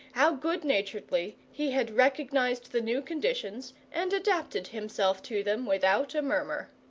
how good-naturedly, he had recognized the new conditions, and adapted himself to them without a murmur!